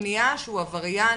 בשנייה שהוא עבריין